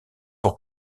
pour